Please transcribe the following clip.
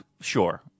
sure